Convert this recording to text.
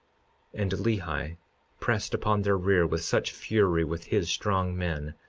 and lehi pressed upon their rear with such fury with his strong men,